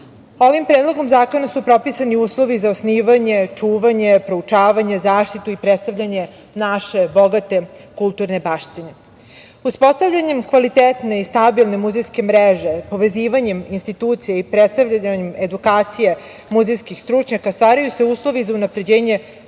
predlogom zakona su propisani uslovi za osnivanje, čuvanje, proučavanje, zaštitu i predstavljanje naše bogate kulturne baštine. Uspostavljanjem kvalitetne i stabilne muzejske mreže, povezivanjem institucija i predstavljanjem edukacije muzejskih stručnjaka, stvaraju se uslovi za unapređenje